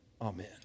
Amen